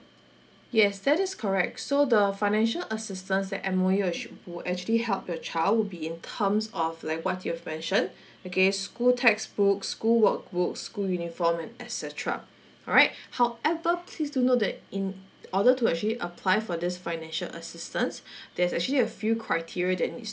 yes that is correct so the financial assistance that M_O_E uh should who actually help your child would be in terms of like what you've mentioned okay school textbooks school workbooks school uniform and et cetera alright however please do note that in order to actually apply for this financial assistance there's actually a few criteria that needs